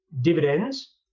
dividends